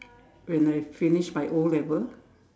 when I finish my O-level